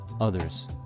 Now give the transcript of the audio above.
others